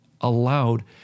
allowed